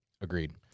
Agreed